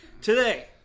Today